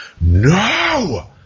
No